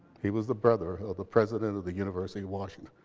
he was the brother of the president of the university of washington.